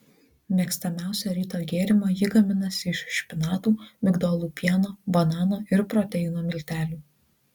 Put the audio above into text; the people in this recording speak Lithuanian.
mėgstamiausią ryto gėrimą ji gaminasi iš špinatų migdolų pieno banano ir proteino miltelių